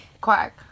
Quack